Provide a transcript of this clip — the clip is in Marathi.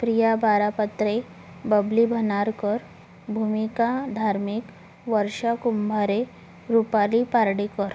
प्रिया बारापत्रे बबली भनारकर भूमिका धार्मेक वर्षा कुंभारे रूपाली पारडीकर